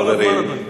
חברים,